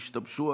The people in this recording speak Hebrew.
השתבשו.